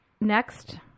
next